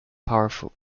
powerful